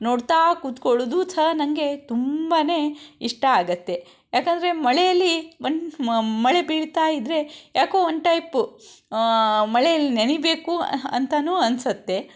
ನೋಡ್ತಾ ಕುತ್ಕೊಳ್ಳೋದು ಸಹ ನನಗೆ ತುಂಬನೇ ಇಷ್ಟ ಆಗತ್ತೆ ಯಾಕೆಂದರೆ ಮಳೆಯಲಿ ಮಳೆ ಬೀಳ್ತಾಯಿದ್ರೆ ಯಾಕೋ ಒನ್ ಟೈಪು ಮಳೆಯಲ್ಲಿ ನೆನೀಬೇಕು ಅಂತನೂ ಅನ್ಸತ್ತೆ